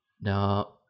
No